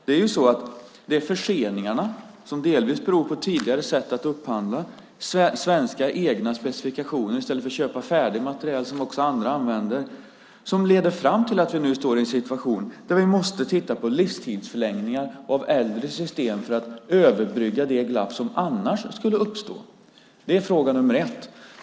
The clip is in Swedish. Det är förseningarna, som delvis beror på tidigare sätt att upphandla och på svenska, egna specifikationer i stället för att köpa färdig materiel som också andra använder, som leder fram till att vi nu står i en situation där vi måste titta på livstidsförlängningar av äldre system för att överbrygga det glapp som annars skulle uppstå. Det är fråga nr 1.